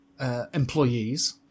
employees